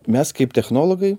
mes kaip technologai